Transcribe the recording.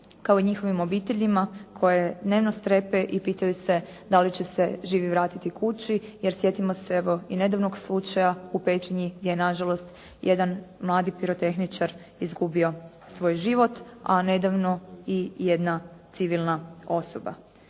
kao i njihovim obiteljima koji dnevno strepe i pitaju se da li će se živi vratiti kući. Jer sjetimo se evo i nedavnog slučaja u Petrinji gdje je na žalost jedan mladi pirotehničar izgubio svoj život, a nedavno i jedna civilna osoba.